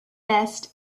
best